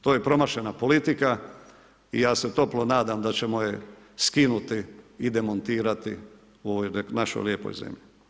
To je promašena politika i ja se toplo nadam da ćemo je skinuti i demontirati u ovoj našoj lijepoj zemlji.